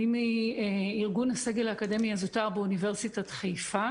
אני מארגון הסגל האקדמי הזוטר באוניברסיטת חיפה.